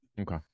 Okay